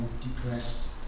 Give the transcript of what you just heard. depressed